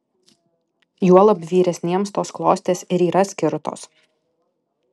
juolab vyresniems tos klostės ir yra skirtos